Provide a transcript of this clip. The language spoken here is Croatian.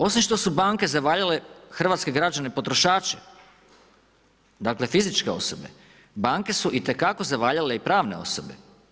Osim što su banke zavaljale hrvatske građane, potrošače, dakle, fizičke osobe, banke su itekako zavaljale i pravne osobe.